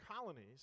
colonies